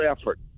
effort